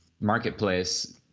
marketplace